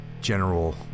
general